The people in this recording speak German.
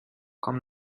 komm